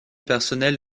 personnelle